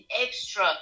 extra